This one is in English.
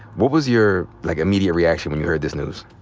what was your, like, immediate reaction when you heard this news?